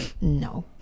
No